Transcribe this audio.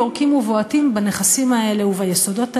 יורקים ובועטים בנכסים האלה וביסודות האלה,